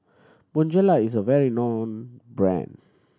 Bonjela is a well known brand